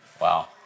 Wow